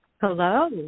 Hello